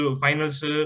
finals